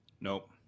Nope